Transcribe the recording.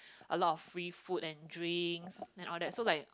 a lot of free food and drinks and all that so like